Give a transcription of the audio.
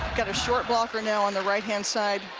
got a short blocker now on the right-hand side